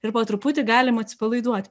ir po truputį galim atsipalaiduoti